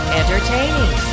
entertaining